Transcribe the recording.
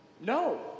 No